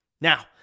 Now